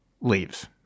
leaves